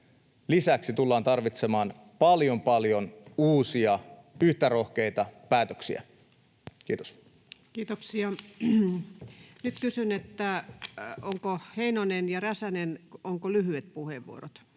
putkessa, tullaan tarvitsemaan paljon, paljon uusia, yhtä rohkeita päätöksiä. — Kiitos. Kiitoksia. — Nyt kysyn, Heinonen ja Räsänen: onko lyhyet puheenvuorot?